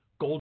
gold